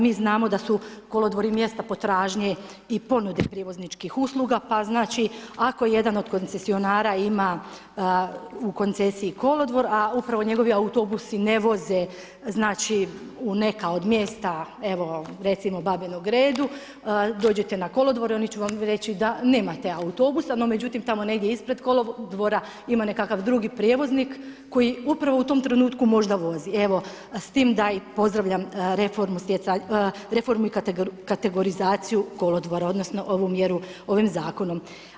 Mi znamo da su kolodvori mjesta potražnje i ponude prijevozničkih usluga pa ako jedan od koncesionara ima u koncesiji kolodvor a upravo njegovi autobusi ne voze u neka od mjesta evo recimo u Babinu Gredu, dođete na kolodvor i oni će vam reći da nemate autobusa no međutim tamo negdje ispred kolodvora ima nekakav drugi prijevoznik koji upravo u tom trenutku možda vozi s tim da pozdravljam reformu i kategorizaciju kolodvora odnosno ovu mjeru ovim zakonom.